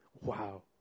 wow